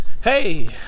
Hey